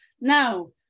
Now